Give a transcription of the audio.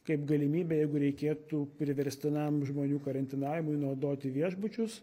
kaip galimybė jeigu reikėtų priverstinam žmonių karantinavimui naudoti viešbučius